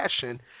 passion